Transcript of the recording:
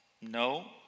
no